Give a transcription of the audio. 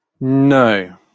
No